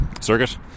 circuit